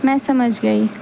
میں سمجھ گئی